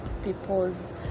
People's